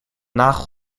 nagel